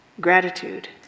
Gratitude